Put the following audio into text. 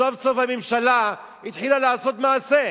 סוף-סוף הממשלה התחילה לעשות מעשה.